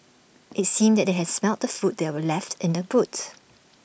IT seemed that they had smelt the food that were left in the boot